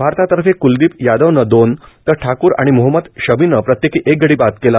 भारतातर्फे क्लदीप यादवनं दोन तर ठाकूर आणि मोहम्मद शमीनं प्रत्येकी एक गडी बाद केला